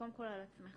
קודם כל על עצמך